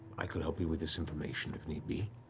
i could help you with this information if need be.